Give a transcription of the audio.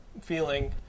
feeling